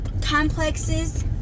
complexes